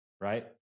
right